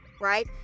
right